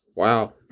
Wow